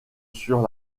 sur